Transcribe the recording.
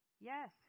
yes